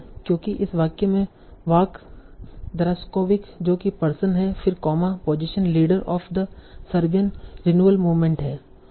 क्योंकि इस वाक्य में वाक द्रासकोविक जो कि पर्सन है फिर comma position leader of the Serbian renewal movement है